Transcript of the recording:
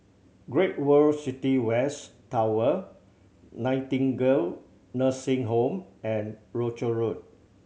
Great World City West Tower Nightingale Nursing Home and Rochor Road